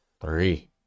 Three